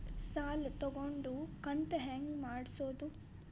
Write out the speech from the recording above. ಸಾಲ ತಗೊಂಡು ಕಂತ ಹೆಂಗ್ ಮಾಡ್ಸೋದು?